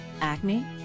acne